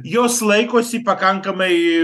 jos laikosi pakankamai